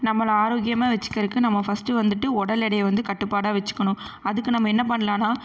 நம்மளை ஆரோக்கியமாக வச்சுக்கிறக்கு நம்ம ஃபர்ஸ்ட்டு வந்துட்டு உடல் எடையை வந்து கட்டுப்பாடாக வச்சுக்கணும் அதுக்கு நம்ம என்ன பண்ணலான்னா